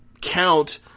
count